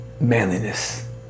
manliness